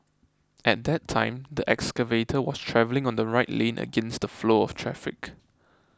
at that time the excavator was travelling on the right lane against the flow of traffic